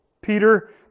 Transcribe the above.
Peter